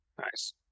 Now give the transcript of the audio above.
Nice